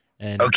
Okay